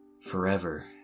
forever